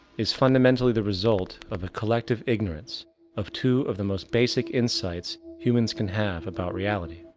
is fundamentally the result of a collective ignorance of two of the most basic insights humans can have about reality.